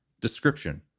description